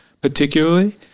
particularly